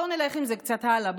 בואו נלך עם זה קצת הלאה,